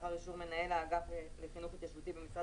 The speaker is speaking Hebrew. לאחר אישור מנהל האגף לחינוך התיישבותי במשרד